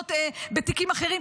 חקירות בתיקים אחרים.